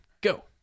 go